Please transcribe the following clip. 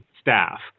staff